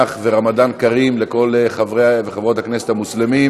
לפרוטוקול שחברת הכנסת סויד הצביעה בטעות במקום יואל